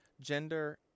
gender